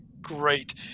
Great